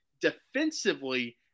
defensively